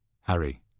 Harry